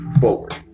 Forward